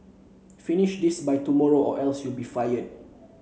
finish this by tomorrow or else you'll be fired